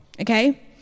okay